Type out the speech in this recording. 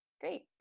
great